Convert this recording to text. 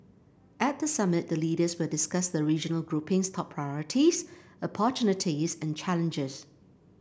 at the summit the leaders will discuss the regional grouping's top priorities opportunities and challenges